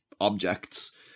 objects